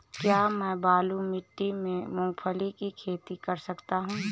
क्या मैं बालू मिट्टी में मूंगफली की खेती कर सकता हूँ?